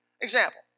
Example